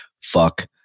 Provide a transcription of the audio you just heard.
Fuck